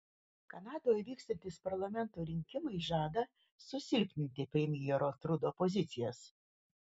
kanadoje vykstantys parlamento rinkimai žada susilpninti premjero trudo pozicijas